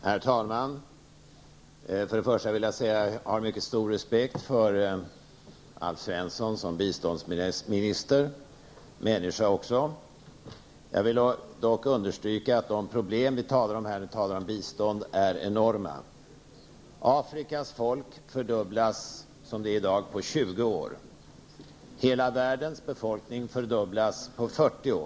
Herr talman! Först vill jag säga att jag har mycket stor respekt för Alf Svensson som biståndsminister och även som människa. Jag vill dock understryka att de problem som vi talar om i samband med biståndet är enorma. Afrikas befolkning kommer att fördubblas på 20 år. Hela världens befolkning kommer att fördubblas på 40 år.